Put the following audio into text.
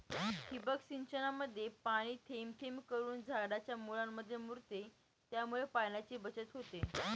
ठिबक सिंचनामध्ये पाणी थेंब थेंब करून झाडाच्या मुळांमध्ये मुरते, त्यामुळे पाण्याची बचत होते